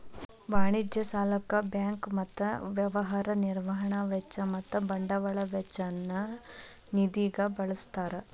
ವಾಣಿಜ್ಯ ಸಾಲಕ್ಕ ಬ್ಯಾಂಕ್ ಮತ್ತ ವ್ಯವಹಾರ ನಿರ್ವಹಣಾ ವೆಚ್ಚ ಮತ್ತ ಬಂಡವಾಳ ವೆಚ್ಚ ನ್ನ ನಿಧಿಗ ಬಳ್ಸ್ತಾರ್